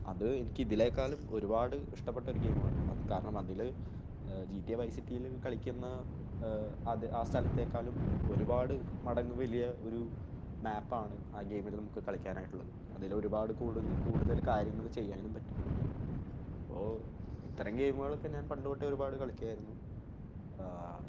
അത് എനിക്ക് ഇതിനേക്കാളും ഒരുപാട് ഇഷ്ടപെട്ട ഒരു ഗെയിമാണ് അത് കാരണം അതിൽ ജി ടി എ വൈസ് സിറ്റിയിൽ കളിക്കുന്ന അത് അ സ്ഥലത്തേക്കാളും ഒരുപാട് മടങ്ങ് വലിയ ഒരു മാപ്പാണ് അ ഗെയ്മിൽ നമുക്ക് കളിക്കാനായിട്ടുള്ളത് അതിൽ ഒരുപാട് കൂടുതൽ കൂടുതൽ കാര്യങ്ങൾ ചെയ്യാനും പറ്റും അപ്പോൾ ഇത്തരം ഗെയിമുകളൊക്കെ ഞാൻ പണ്ട് തൊട്ടെ ഒരു പാട് കളിക്കുമായിരുന്നു